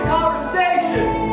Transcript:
conversations